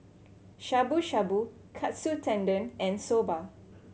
Shabu Shabu Katsu Tendon and Soba